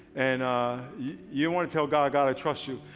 and ah you want to tell god, god i trust you.